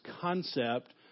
concept